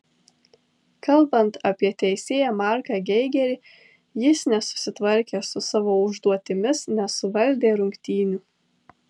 kalbant apie teisėją marką geigerį jis nesusitvarkė su savo užduotimis nesuvaldė rungtynių